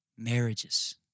Marriages